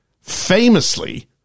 Famously